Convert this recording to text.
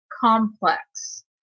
complex